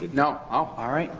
but no, ah alright.